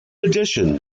addition